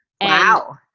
Wow